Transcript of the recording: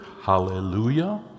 Hallelujah